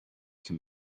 can